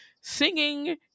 singing